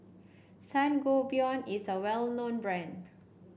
Sangobion is a well known brand